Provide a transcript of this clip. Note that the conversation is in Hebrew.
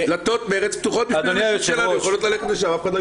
הן יכולות ללכת לשם.